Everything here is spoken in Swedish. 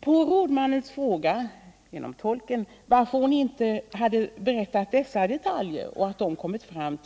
På rådmannens fråga, genom tolken, varför hon inte tidigare hade berättat dessa detaljer, så att de kommit fram